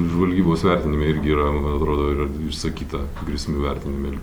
žvalgybos vertinime irgi yra man atrodo išsakyta grėsmių vertinime lygtai